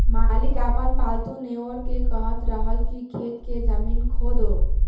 मालिक आपन पालतु नेओर के कहत रहन की खेत के जमीन खोदो